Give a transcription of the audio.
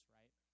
right